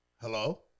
Hello